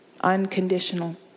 unconditional